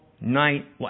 night